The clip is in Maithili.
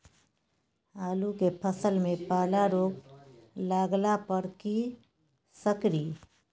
आलू के फसल मे पाला रोग लागला पर कीशकरि?